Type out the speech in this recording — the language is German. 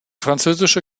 französische